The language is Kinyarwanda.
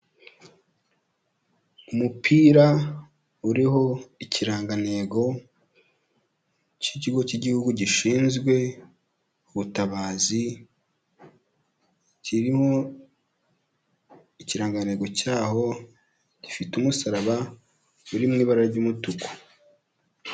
Umupira uriho ikirangantego cy'ikigo cy'igihugu gishinzwe ubutabazi, kirimo ikirangantego cyaho gifite umusaraba uri mu ibara ry'umutuku.